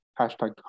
hashtag